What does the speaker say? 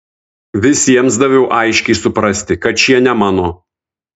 visiems daviau aiškiai suprasti kad šie ne mano